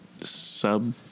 sub-